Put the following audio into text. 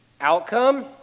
outcome